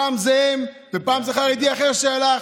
פעם זה הם ופעם זה חרדי אחר שהלך